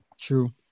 True